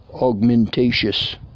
augmentatious